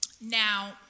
Now